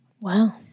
Wow